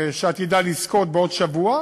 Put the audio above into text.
שעתידה לזכות בעוד שבוע,